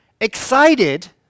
excited